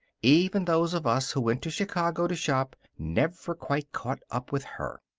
even those of us who went to chicago to shop never quite caught up with her.